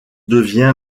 devient